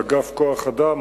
אגף כוח-אדם,